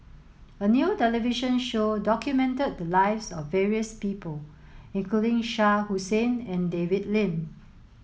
a new television show documented the lives of various people including Shah Hussain and David Lim